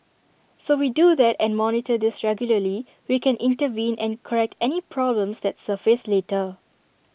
so we do that and monitor this regularly we can intervene and correct any problems that surface later